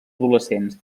adolescents